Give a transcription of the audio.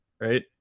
right